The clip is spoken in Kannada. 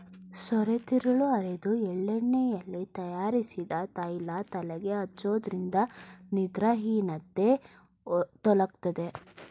ಸೋರೆತಿರುಳು ಅರೆದು ಎಳ್ಳೆಣ್ಣೆಯಲ್ಲಿ ತಯಾರಿಸಿದ ತೈಲ ತಲೆಗೆ ಹಚ್ಚೋದ್ರಿಂದ ನಿದ್ರಾಹೀನತೆ ತೊಲಗ್ತದೆ